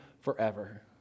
forever